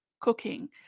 cooking